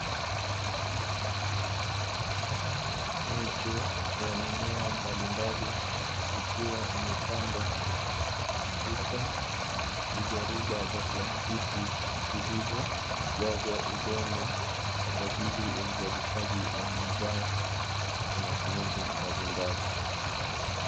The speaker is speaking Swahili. Miche ya mimea mbalimbali ikiwa imepandwa katika vijaruba vya plastiki, vilivyojazwa udongo kwa ajili ya uzalishaji wa mazao wa matumizi mbalimbali.